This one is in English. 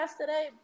today